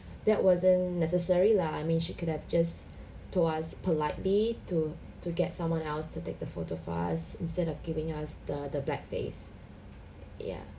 that wasn't necessary lah I mean she could have just told us politely to to get someone else to take the photo for us instead of giving us the the bad face ya